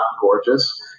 gorgeous